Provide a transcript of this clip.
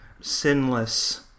sinless